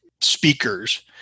speakers